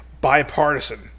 bipartisan